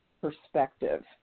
perspective